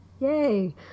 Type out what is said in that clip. Yay